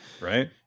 right